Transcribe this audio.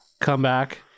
comeback